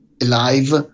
alive